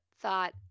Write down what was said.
thought